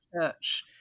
church